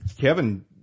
Kevin